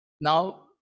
now